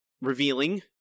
revealing